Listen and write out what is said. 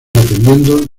dependiendo